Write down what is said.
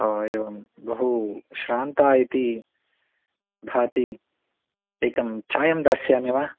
ओ एवं बहुश्रान्ता इति भाति एकं चायं दास्यामि वा